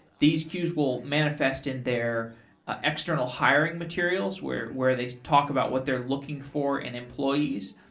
these queues will manifest in their ah external hiring materials where where they talk about what they're looking for in employees.